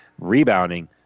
rebounding